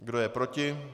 Kdo je proti?